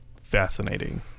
fascinating